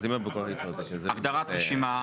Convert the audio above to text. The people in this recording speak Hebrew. הגדרת רשימה.